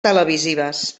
televisives